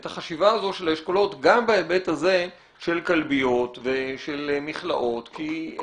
את החשיבה הזאת של האשכולות גם בהיבט הזה של כלביות ושם מכלאות כי אין.